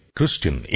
Christian